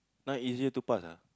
now easier to pass ah